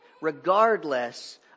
regardless